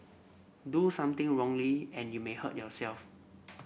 do something wrongly and you may hurt yourself